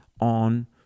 on